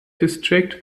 district